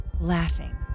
laughing